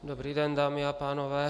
Dobrý den, dámy a pánové.